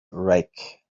reich